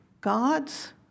God's